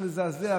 זה צריך לזעזע,